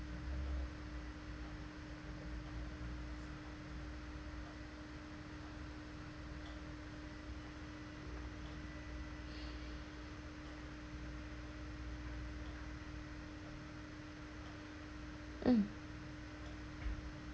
mm